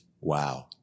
Wow